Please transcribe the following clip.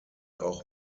auch